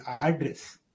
address